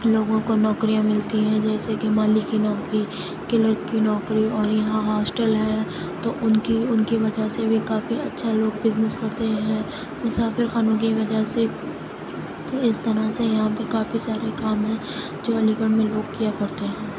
لوگوں کو نوکریاں ملتی ہیں جیسے کہ مالی کی نوکری کلرک کی نوکری اور یہاں ہاسٹل ہیں تو ان کی ان کی وجہ سے بھی کافی اچھا لوگ بزنس کرتے ہیں مسافر خانوں کی وجہ سے اس طرح سے یہاں پہ کافی سارے کام ہیں جوعلی گڑھ میں لوگ کیا کرتے ہیں